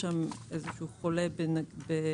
סעיף 7א הוא זה שקובע את חובת הבדיקה,